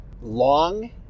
long